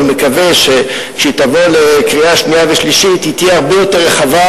אני מקווה שכשהיא תבוא לקריאה שנייה ושלישית היא תהיה הרבה יותר רחבה,